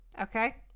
Okay